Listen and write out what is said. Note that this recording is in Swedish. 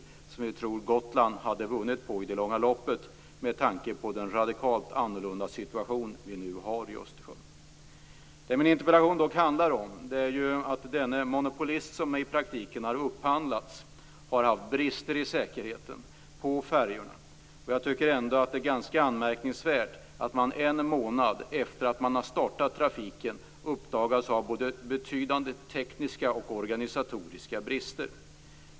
Det tror vi att Gotland hade vunnit på i det långa loppet med tanke på den radikalt annorlunda situation som vi nu har i Östersjön. Det min interpellation handlar om är dock att den monopolist som i praktiken har upphandlats har haft brister när det gäller säkerheten på färjorna. Jag tycker ändå att det är ganska anmärkningsvärt att det en månad efter att man har startat trafiken uppdagas att man har betydande brister både tekniskt och organisatoriskt.